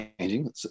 changing